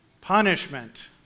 punishment